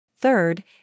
Third